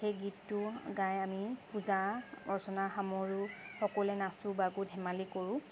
সেই গীতটো গাই আমি পূজা অৰ্চনা সামৰোঁ সকলোৱে নাচো বাগো ধেমালি কৰোঁ